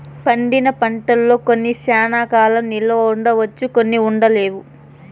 పండిన పంటల్లో కొన్ని శ్యానా కాలం నిల్వ ఉంచవచ్చు కొన్ని ఉండలేవు